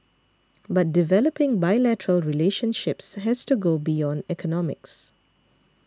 but developing bilateral relationships has to go beyond economics